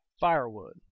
firewood